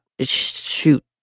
Shoot